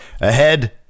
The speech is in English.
ahead